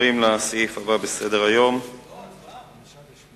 מאחר שאין